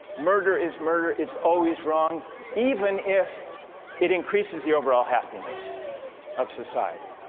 murder is murder it's always wrong even if it increases the overall happiness of society